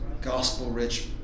gospel-rich